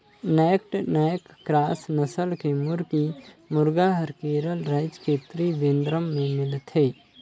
naked neck cross नसल के मुरगी, मुरगा हर केरल रायज के त्रिवेंद्रम में मिलथे